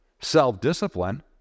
Self-discipline